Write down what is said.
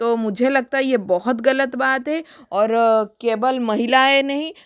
तो मुझे लगता यह बहुत गलत बात है और केवल महिलाएँ नहीं